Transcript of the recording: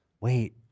Wait